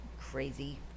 crazy